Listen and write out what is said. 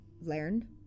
learn